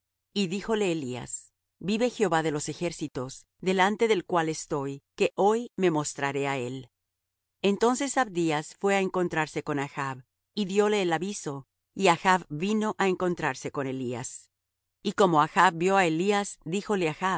y díjole elías vive jehová de los ejércitos delante del cual estoy que hoy me mostraré á él entonces abdías fué á encontrarse con achb y dióle el aviso y achb vino á encontrarse con elías y como achb vió á elías díjole achb